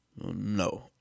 No